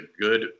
good